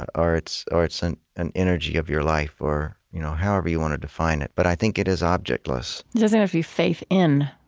or it's or it's an an energy of your life, or you know however you want to define it. but i think it is ah objectless doesn't have to be faith in,